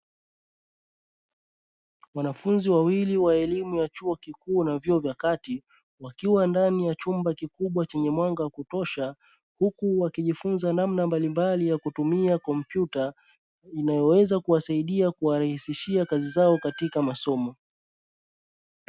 Wanafunzi wawili wa elimu ya chuo kikuu na vyuo vya kati wakiwa ndani ya chumba kikubwa chenye mwanga wa kutosha huku wakijifunza namna mbalimbali ya kutumia kompyuta ,inayoweza kuwarahisishia katika kazi zao kwenye masomo.